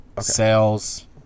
sales